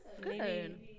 Good